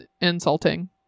insulting